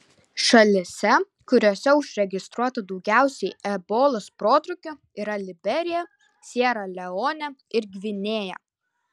šalyse kuriose užregistruota daugiausiai ebolos protrūkių yra liberija siera leonė ir gvinėja